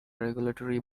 regulatory